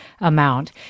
amount